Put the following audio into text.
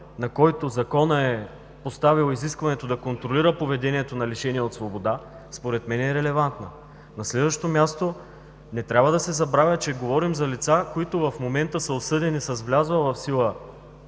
на който законът е поставил изискването да контролира поведението на лишения от свобода, според мен е релевантна. На следващо място, не трябва да се забравя, че говорим за лица, които в момента са осъдени, с влязла в сила